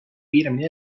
kiiremini